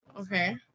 Okay